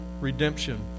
redemption